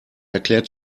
erklärt